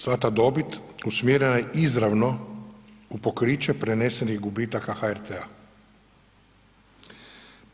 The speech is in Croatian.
Sva ta dobit usmjerena je izravno u pokriće prenesenih gubitaka HRT-a.